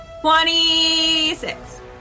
Twenty-six